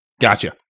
Gotcha